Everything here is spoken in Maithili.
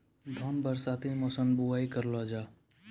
धान बरसाती मौसम बुवाई करलो जा?